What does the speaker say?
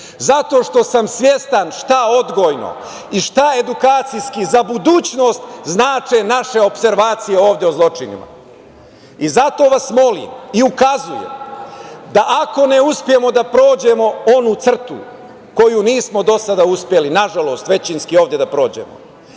zato što sam svestan šta odgojno i šta edukacijski za budućnost znače naše opservacije ovde o zločinima. Zato vas molim i ukazujem da, ako ne uspemo da prođemo onu crtu koji nismo do sada uspeli, nažalost, većinski ovde da prođemo,